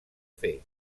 fer